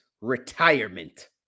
retirement